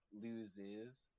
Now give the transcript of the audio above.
loses